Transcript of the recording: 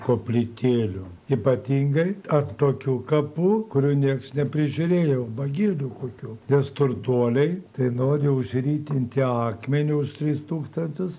koplytėlių ypatingai ant tokių kapų kurių nieks neprižiūrėjo ubagėlių kokių nes turtuoliai tai nori užritinti akmenį už tris tūkstantis